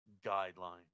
guideline